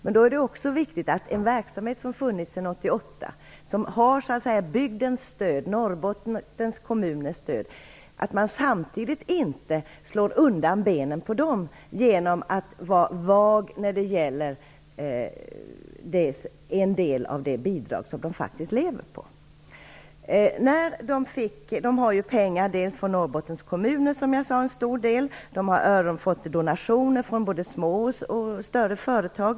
Men då är det också viktigt att man genom att vara vag när det gäller en del av bidraget inte slår undan benen för en verksamhet som har funnits sedan 1988 och som har bygdens, Norrbottens kommuners, stöd. En stor del av pengarna till Teknikens hus kommer, som jag sade, från Norrbottens kommuner. Man har även fått donationer från både små och större företag.